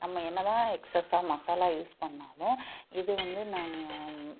நம்ம என்ன தான் எக்செஸ்ஸாக மசாலா யூஸ் பண்ணிணாலும் இது வந்து நாங்கள்